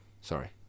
Sorry